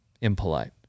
impolite